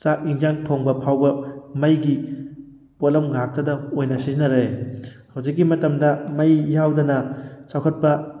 ꯆꯥꯛ ꯏꯟꯖꯥꯡ ꯊꯣꯡꯕ ꯐꯥꯎꯕ ꯃꯩꯒꯤ ꯄꯣꯠꯂꯝ ꯉꯥꯛꯇꯗ ꯑꯣꯏꯅ ꯁꯤꯖꯤꯟꯅꯔꯦ ꯍꯧꯖꯤꯛꯀꯤ ꯃꯇꯝꯗ ꯃꯩ ꯌꯥꯎꯗꯅ ꯆꯥꯎꯈꯠꯄ